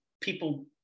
people